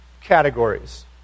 categories